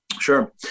Sure